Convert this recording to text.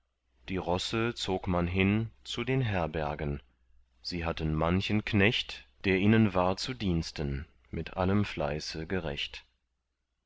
die rosse zog man hin zu den herbergen sie hatten manchen knecht der ihnen war zu diensten mit allem fleiße gerecht